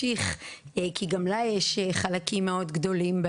שרת הפנים נכנסה לעניין באופן אישי מאוד חזק.